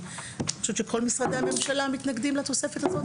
כי אני חושבת שכל משרדי הממשלה מתנגדים לתוספת הזו,